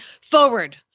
forward